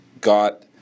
got